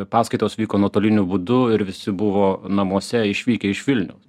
paskaitos vyko nuotoliniu būdu ir visi buvo namuose išvykę iš vilniaus